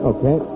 Okay